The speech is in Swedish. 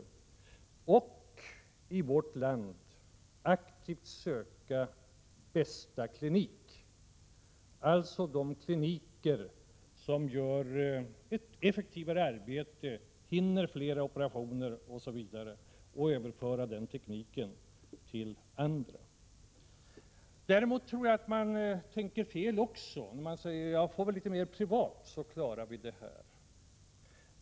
Dessutom gäller det att i vårt land söka bästa klinik, alltså studera de kliniker som gör ett effektivare arbete, hinner med fler operationer osv. och överföra deras teknik till andra kliniker. Däremot tror jag inte att de tänker rätt som säger, att om vi bara får mer av privat vård, så klarar vi problemen.